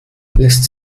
lässt